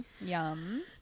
Yum